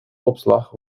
opslag